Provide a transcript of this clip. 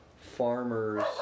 farmers